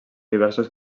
diversos